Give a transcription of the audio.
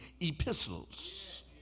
epistles